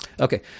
Okay